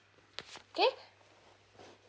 okay